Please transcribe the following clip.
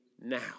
now